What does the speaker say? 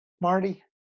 Marty